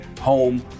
home